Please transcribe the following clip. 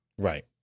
Right